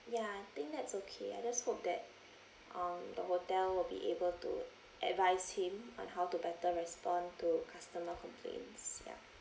ya I think that's okay I just hope that um the hotel will be able to advise him on how to better respond to customer complaints ya